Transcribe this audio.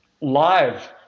live